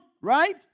right